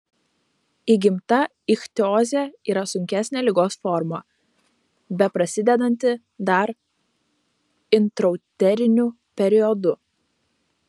įgimta ichtiozė yra sunkesnė ligos forma beprasidedanti dar intrauteriniu periodu